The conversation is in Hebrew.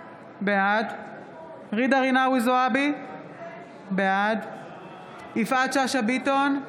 בעד ג'ידא רינאוי זועבי, בעד יפעת שאשא ביטון,